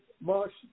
March